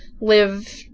live